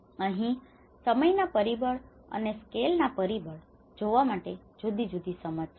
તેથી અહીં સમયના પરિબળ અને સ્કેલ ના પરિબળ ને જોવા માટે જુદી જુદી સમજ છે